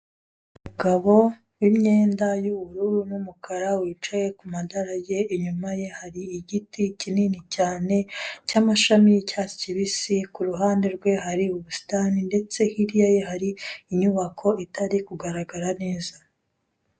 Umugabo w'imyenda y'ubururu n'umukara wicaye ku madarage, inyuma ye hari igiti kinini cyane cy'amashami y'icyatsi kibisi, ku ruhande rwe hari ubusitani ndetse hirya ye hari inyubako itari kugaragara neza.